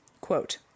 quote